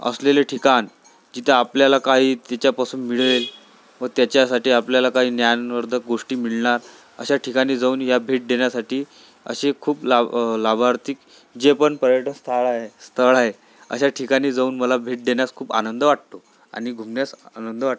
असलेले ठिकाण जिथे आपल्याला काही त्याच्यापासून मिळेल व त्याच्यासाठी आपल्याला काही ज्ञानवर्धक गोष्टी मिळणार अशा ठिकाणी जाऊन ह्या भेट देण्यासाठी असे खूप लाभ लाभार्थी जे पण पर्यटन स्थळ आहे स्थळ आहे अशा ठिकाणी जाऊन मला भेट देण्यास खूप आनंद वाटतो आणि घुमण्यास आनंद वाटतो